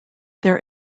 their